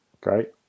Great